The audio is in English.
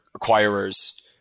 acquirers